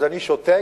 אז אני שותק.